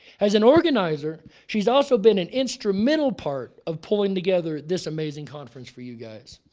as an organizer, she's also been an instrumental part of pulling together this amazing conference for you guys.